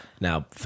Now